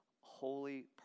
holy